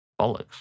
Bollocks